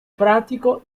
pratico